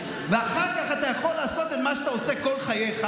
ואחר כך אתה יכול לעשות מה שאתה עושה כל חייך,